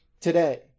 today